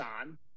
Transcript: on